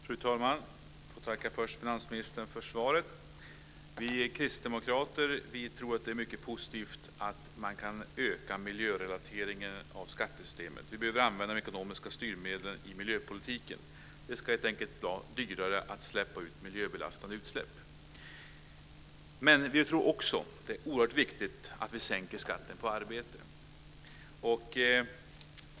Fru talman! Jag får tacka finansministern för svaret. Vi kristdemokrater tror att det är mycket positivt att öka miljörelateringen av skattesystemet. Vi behöver använda ekonomiska styrmedel i miljöpolitiken. Det ska helt enkelt vara dyrare med miljöbelastande utsläpp. Vi tror också att det är oerhört viktigt att sänka skatten på arbete.